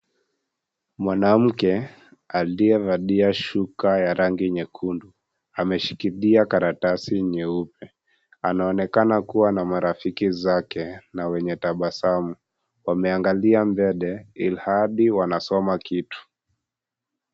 Mwanamke aliyevalia shuka ya rangi nyekundu ameshikilia karatasi nyeupe anaonekana kuwa na marafiki zake na wenye tabasamu , wameangalia mbele ilhali wanasoma kitu.